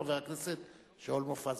חבר הכנסת שאול מופז,